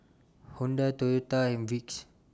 Honda Toyota and Vicks